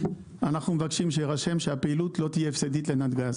אנחנו מבקשים שיירשם שהפעילות לא תהיה הפסדית לנתג"ז.